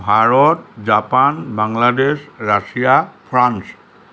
Bharat Japan Bangladesh Russia France